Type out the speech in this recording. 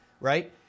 right